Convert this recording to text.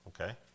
Okay